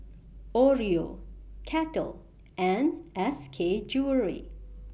Oreo Kettle and S K Jewellery